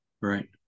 Right